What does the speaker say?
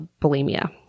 bulimia